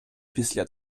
після